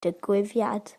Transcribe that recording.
digwyddiad